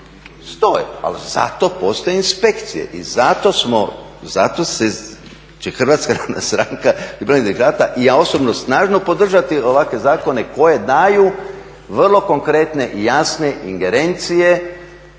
stoji ali zato postoje inspekcije i zato će Hrvatska stranka … i ja osobno snažno podržati ovakve zakone koji daju vrlo konkretne jasne ingerencije